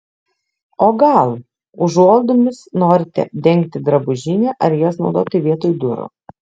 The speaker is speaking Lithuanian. o gal užuolaidomis norite dengti drabužinę ar jas naudoti vietoj durų